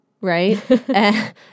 right